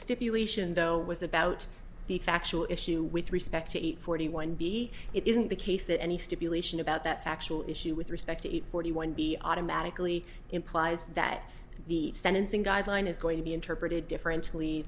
stipulation though was about the factual issue with respect to eight forty one b it isn't the case that any stipulation about that factual issue with respect to forty one b automatically implies that the sentencing guideline is going to be interpreted differently